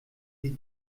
sie